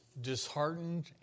disheartened